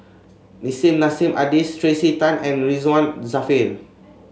Nissim Nassim Adis Tracey Tan and Ridzwan Dzafir